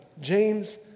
James